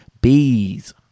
bees